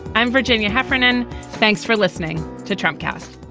i'm virginia heffernan. thanks for listening to trump cast